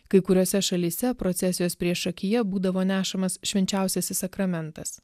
kai kuriose šalyse procesijos priešakyje būdavo nešamas švenčiausiasis sakramentas